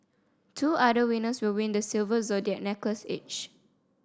two other winners will win the silver zodiac necklace each